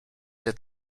się